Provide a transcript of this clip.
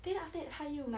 then after that 她又